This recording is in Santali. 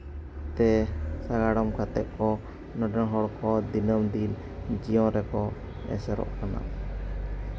ᱛᱮ ᱥᱟᱜᱟᱲᱚᱢ ᱠᱟᱛᱮᱫ ᱠᱚ ᱱᱚᱰᱮ ᱨᱮᱱ ᱦᱚᱲ ᱠᱚ ᱫᱤᱱᱟᱹᱢ ᱫᱤᱱ ᱡᱤᱭᱚᱱ ᱨᱮᱠᱚ ᱮᱥᱮᱨᱚᱜ ᱠᱟᱱᱟ